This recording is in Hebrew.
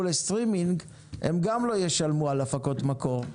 לסטרימינג הן גם לא ישלמו על הפקות מקור.